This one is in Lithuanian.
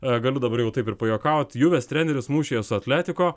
galiu dabar jau ir taip ir pajuokauti juvės treneris mušyje su atletiko